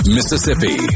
Mississippi